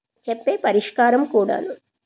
చెప్పే పరిష్కారం కూడాను